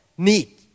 need